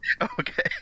Okay